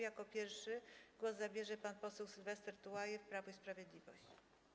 Jako pierwszy głos zabierze pan poseł Sylwester Tułajew, Prawo i Sprawiedliwość.